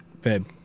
babe